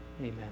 Amen